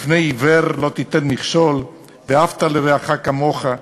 בפני עיוור לא תיתן מכשול, ואהבת לרעך כמוך,